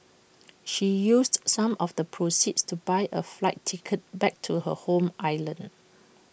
she used some of the proceeds to buy A flight ticket back to her home island